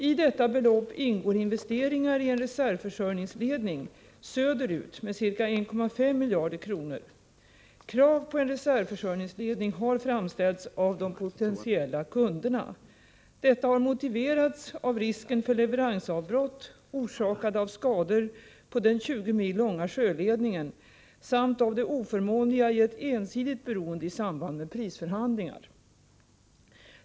I detta belopp ingår investeringar i en reservförsörjningsledning söderut med ca 1,5 miljarder kronor. Krav på en reservförsörjningsledning har framställts av de potentiella kunderna. Detta har motiverats av risken för leveransavbrott orsakade av skador på den 20 mil långa sjöledningen samt av det oförmånliga i ett ensidigt beroende i samband med prisförhandlingar.